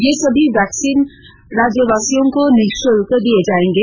ये सभी वैक्सीन राज्यवासियों को निःशुल्क दिये जायेंगे